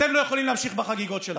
אתם לא יכולים להמשיך בחגיגות שלכם.